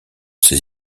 ses